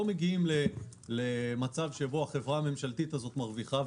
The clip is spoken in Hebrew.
הם לא מגיעים למצב שבו החברה הממשלתית הזאת מרוויחה,